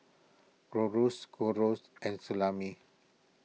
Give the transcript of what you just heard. Gyros Gyros and Salami